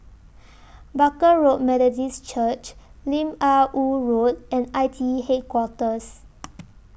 Barker Road Methodist Church Lim Ah Woo Road and I T E Headquarters